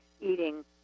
eating